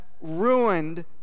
ruined